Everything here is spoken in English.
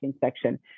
section